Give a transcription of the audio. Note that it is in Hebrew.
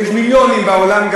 ויש מיליונים בעולם,